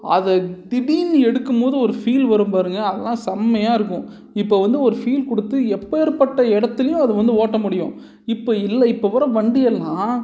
அதை திடிர்னு எடுக்கும் போது ஒரு ஃபீல் வரும் பாருங்கள் அதெல்லாம் செம்மையாக இருக்கும் இப்போ வந்து ஒரு ஃபீல் கொடுத்து எப்பேர்ப்பட்ட இடத்துலையும் அது வந்து ஓட்ட முடியும் இப்போ இல்லை இப்போ வர வண்டியெல்லாம்